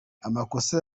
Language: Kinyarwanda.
amakosa